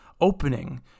opening